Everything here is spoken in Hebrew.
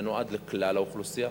זה נועד לכלל האוכלוסייה,